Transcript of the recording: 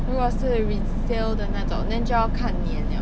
如果是 resale 的那种 then 就要看年 liao